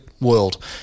world